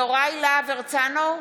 יוראי להב הרצנו,